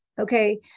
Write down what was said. Okay